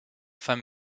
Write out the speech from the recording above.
femme